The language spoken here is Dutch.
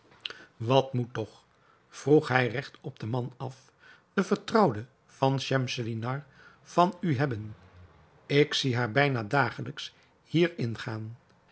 wat moet toch vroeg hij regt op den man af de vertrouwde van schemselnihar van u hebben ik zie haar bijna dagelijks hier ingaan